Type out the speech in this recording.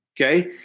okay